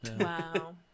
Wow